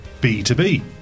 B2B